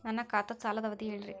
ನನ್ನ ಖಾತಾದ್ದ ಸಾಲದ್ ಅವಧಿ ಹೇಳ್ರಿ